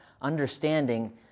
understanding